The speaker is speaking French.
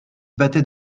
battait